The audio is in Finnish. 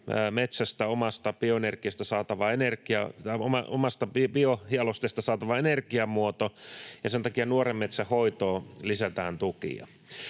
energia, omasta bio-jalosteista saatava energiamuoto, ja sen takia nuoren metsän hoitoon lisätään tukia.